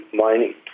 mining